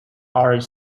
are